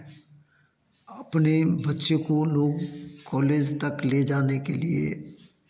अपने बच्चे को लोग कॉलेज तक ले जाने के लिए